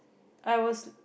I was